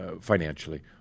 financially